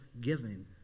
giving